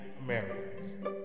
Americans